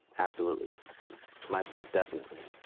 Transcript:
absolutely myself, definitely.